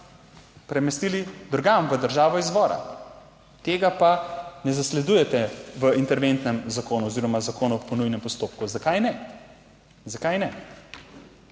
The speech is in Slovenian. premestili drugam v državo izvora, tega pa ne zasledujete v interventnem zakonu oziroma zakonov po nujnem postopku. Zakaj ne? Zakaj ne?